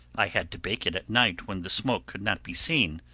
i had to bake it at night when the smoke could not be seen.